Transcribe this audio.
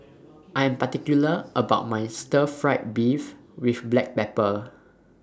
I Am particular about My Stir Fried Beef with Black Pepper